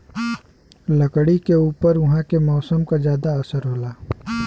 लकड़ी के ऊपर उहाँ के मौसम क जादा असर होला